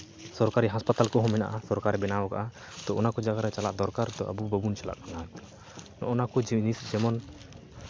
ᱥᱚᱨᱠᱟᱨᱤ ᱦᱟᱥᱯᱟᱛᱟᱞ ᱠᱚᱦᱚᱸ ᱢᱮᱱᱟᱜᱼᱟ ᱥᱚᱨᱠᱟᱨᱮ ᱵᱮᱱᱟᱣ ᱠᱟᱜᱼᱟ ᱛᱳ ᱚᱱᱟ ᱠᱚ ᱡᱟᱭᱜᱟ ᱨᱮ ᱪᱟᱞᱟᱜ ᱫᱚᱨᱠᱟᱨ ᱛᱳ ᱟᱵᱚ ᱵᱟᱵᱚᱱ ᱪᱟᱞᱟᱜ ᱠᱟᱱᱟ ᱱᱚᱜᱱᱟ ᱠᱚ ᱡᱤᱱᱤᱥ ᱡᱮᱢᱚᱱ